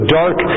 dark